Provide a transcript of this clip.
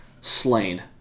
slain